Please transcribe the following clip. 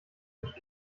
mich